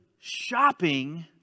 shopping